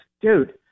Dude